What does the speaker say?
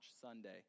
Sunday